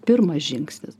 pirmas žingsnis